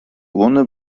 urne